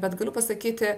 bet galiu pasakyti